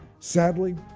sadly,